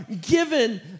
given